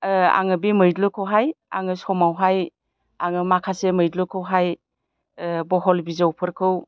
आङो बे मैद्रुखौहाय आङो समावहाय आङो माखासे मैद्रुखौहाय बहल बिजौफोरखौ